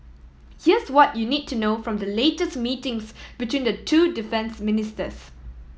here's what you need to know from the latest meetings between the two defence ministers